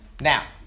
Now